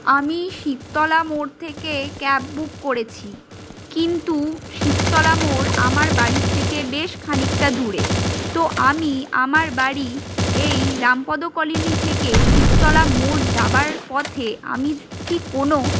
আমি শিবতলা মোড় থেকে ক্যাব বুক করেছি কিন্তু শিবতলা মোড় আমার বাড়ির থেকে বেশ খানিকটা দূরে তো আমি আমার বাড়ি এই রামপদ কলোনি থেকে শিবতলা মোড় যাবার পথে আমি কি কোনো